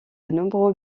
nombreux